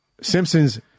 Simpsons